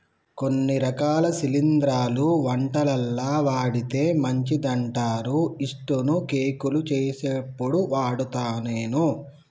కొన్ని రకాల శిలింద్రాలు వంటలల్ల వాడితే మంచిదంటారు యిస్టు ను కేకులు చేసేప్పుడు వాడుత నేను